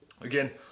again